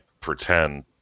pretend